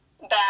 back